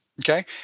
okay